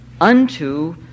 unto